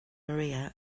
maria